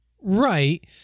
Right